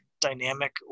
dynamic